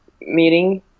meeting